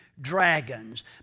dragons